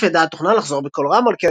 בנוסף ידעה התוכנה לחזור בקול רם על